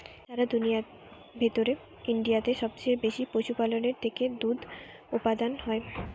সারা দুনিয়ার ভেতর ইন্ডিয়াতে সবচে বেশি পশুপালনের থেকে দুধ উপাদান হয়